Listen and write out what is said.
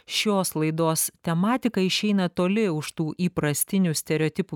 šios laidos tematika išeina toli už tų įprastinių stereotipų